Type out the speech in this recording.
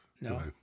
no